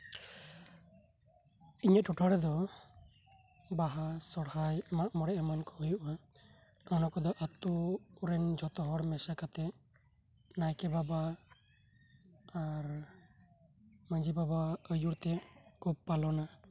ᱤᱧᱟᱹᱜ ᱴᱚᱴᱷᱟ ᱨᱮᱫᱚ ᱵᱟᱦᱟ ᱥᱚᱦᱨᱟᱭ ᱢᱟᱜ ᱢᱮᱬᱮ ᱮᱢᱟᱱ ᱠᱚ ᱦᱳᱭᱳᱜᱼᱟ ᱟᱨ ᱚᱱᱟ ᱠᱚᱫᱚ ᱟᱛᱳ ᱠᱚᱨᱮᱱ ᱡᱷᱚᱛᱚ ᱦᱚᱲ ᱢᱮᱥᱟ ᱠᱟᱛᱮ ᱱᱟᱭᱠᱮ ᱵᱟᱵᱟ ᱟᱨ ᱢᱟᱡᱷᱤ ᱵᱟᱵᱟ ᱟᱹᱭᱩᱨ ᱛᱮ ᱠᱚ ᱯᱟᱞᱚᱱᱟ